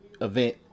event